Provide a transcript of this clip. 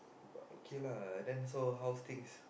okay lah then so how's things